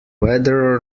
whether